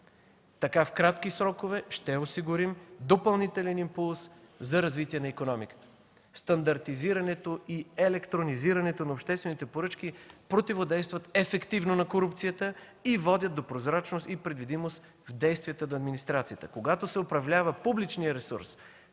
Така в кратки срокове ще осигурим допълнителен импулс за развитие на икономиката. Стандартизирането и електронизирането на обществените поръчки противодействат ефективно на корупцията и водят до прозрачност и предвидимост в действията на администрацията. Когато се управлява публичният ресурс,